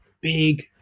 big